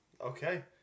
Okay